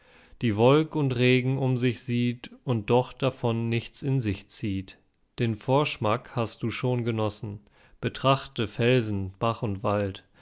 die wolk und regen um sich sieht und doch davon nichts in sich zieht den vorschmack hast du schon genossen betrachte felsen bach und wald